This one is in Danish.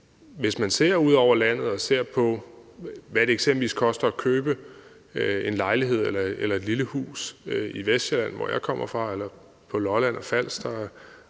hvis man ser ud over landet og ser på, hvad det eksempelvis koster at købe en lejlighed eller et lille hus i Vestsjælland, hvor jeg kommer fra, eller på Lolland, Falster